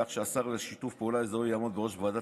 כך שהשר לשיתוף פעולה אזורי יעמוד בראש ועדת